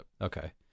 Okay